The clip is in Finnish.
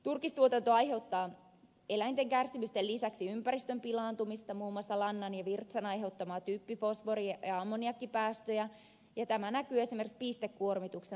turkistuotanto aiheuttaa eläinten kärsimysten lisäksi ympäristön pilaantumista muun muassa lannan ja virtsan aiheuttamia typpi fosfori ja ammoniakkipäästöjä ja tämä näkyy esimerkiksi pistekuormituksena vesistöissä